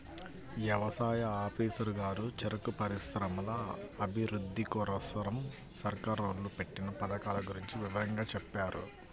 యవసాయ ఆఫీసరు గారు చెరుకు పరిశ్రమల అభిరుద్ధి కోసరం సర్కారోళ్ళు పెట్టిన పథకాల గురించి వివరంగా చెప్పారు